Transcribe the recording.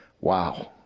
Wow